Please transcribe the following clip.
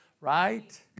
Right